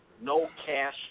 no-cash